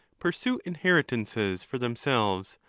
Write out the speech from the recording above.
pursue inheritances for themselves,